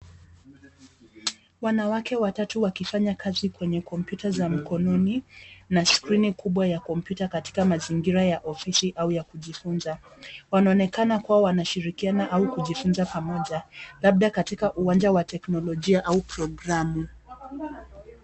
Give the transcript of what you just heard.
Wanawake watatu wakifanya kazi kwenye kompyuta za mkononi na skrini kubwa ya kompyuta katika mazingira ya ofisi au ya kujifunza. Wanaonekana kuwa wanashirikiana au kujifunza pamoja, labda katika uwanja wa teknolojia au programu.